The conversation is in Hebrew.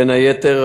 בין היתר,